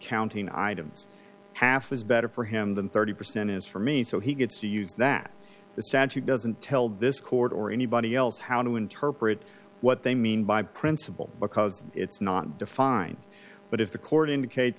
counting items half is better for him than thirty percent is for me so he gets to use that the statute doesn't tell this court or anybody else how to interpret what they mean by principle because it's not define but if the court indicate